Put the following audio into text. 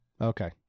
Okay